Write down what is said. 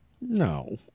No